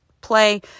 play